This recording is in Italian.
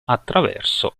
attraverso